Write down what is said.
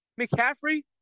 McCaffrey